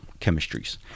chemistries